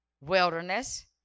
wilderness